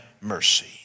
mercy